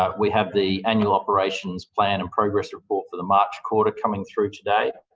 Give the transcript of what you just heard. um we have the annual operations plan and progress report for the march quarter coming through today.